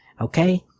Okay